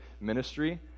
ministry